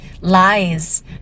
lies